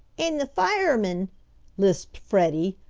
and the firemen' lisped freddie,